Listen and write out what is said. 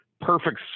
perfect